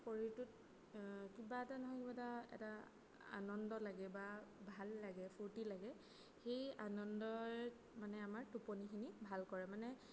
শৰীৰটোত কিবা এটা নহয় কিবা এটা এটা আনন্দ লাগে বা ভাল লাগে ফূৰ্তি লাগে সেই আনন্দত মানে আমাৰ টোপনিখিনি ভাল কৰে মানে